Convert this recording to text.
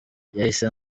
yahise